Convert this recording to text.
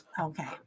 Okay